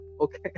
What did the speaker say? okay